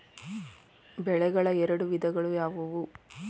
ಬೆಳೆಗಳ ಎರಡು ವಿಧಗಳು ಯಾವುವು?